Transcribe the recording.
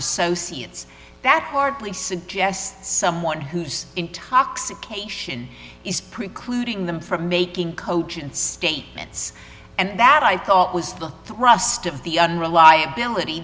associates that hardly suggests someone whose intoxication is precluding them from making coach and statements and that i thought was the thrust of the unreliability